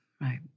Right